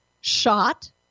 shot